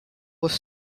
was